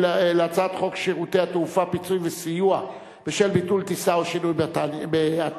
הצעת חוק שירותי תעופה (פיצוי וסיוע בשל ביטול טיסה או שינוי בתנאיה),